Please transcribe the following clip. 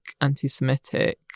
anti-Semitic